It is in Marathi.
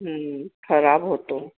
खराब होतो